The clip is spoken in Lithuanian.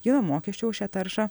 ji nuo mokesčio už šią taršą